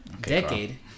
Decade